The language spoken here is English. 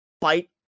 fight